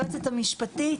היועצת המשפטית,